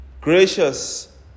gracious